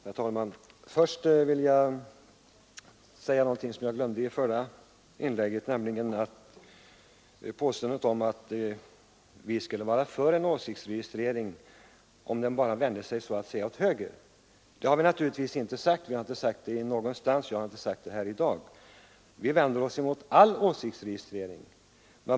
Herr talman! Först vill jag säga något som jag glömde i mitt förra inlägg, nämligen beträffande påståendet om att vi skulle vara för en åsiktsregistrering om den bara vände sig åt höger. Det har vi naturligtvis inte sagt någon gång, och jag har inte sagt det här i dag. Vi vänder oss mot all åsiktsregistrering.